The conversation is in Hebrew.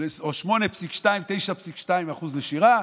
או 8.2%, 9.2% נשירה.